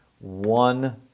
one